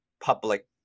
public